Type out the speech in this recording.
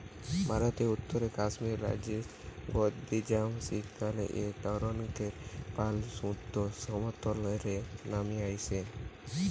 ভারতের উত্তরে কাশ্মীর রাজ্যের গাদ্দি জাত শীতকালএ তানকের পাল সুদ্ধ সমতল রে নামি আইসে